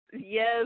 Yes